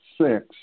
six